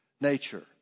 nature